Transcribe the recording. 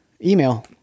Email